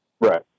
Right